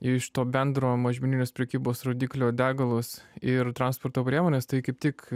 iš to bendro mažmeninės prekybos rodiklio degalus ir transporto priemones tai kaip tik